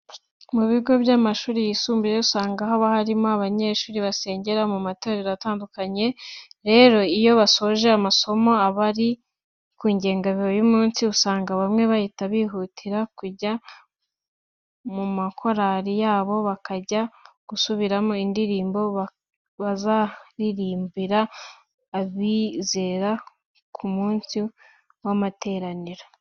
Mu bigo by'amashuri yisumbuye, usanga haba harimo abanyeshuri basengera mu matorero atandukanye. Rero iyo basoje amasomo aba ari ku ngengabihe y'umunsi, usanga bamwe bahita bihutira kujya mu makorari yabo bakajya gusubiramo indirimbo bazaririmbira abizera ku munsi w'amateraniro.